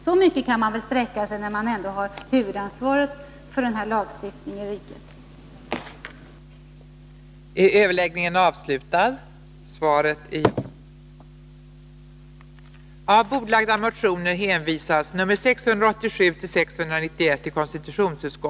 Så långt kan man väl sträcka sig, när man ändå har huvudansvaret för lagstiftningen på detta område här i riket.